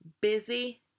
busy